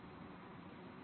எப்படி சமாளிப்பது